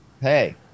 Hey